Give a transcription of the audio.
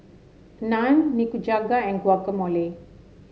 Naan Nikujaga and Guacamole